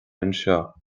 anseo